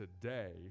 today